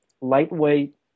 lightweight